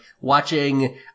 watching